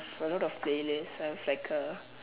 a lot of playlist I've like a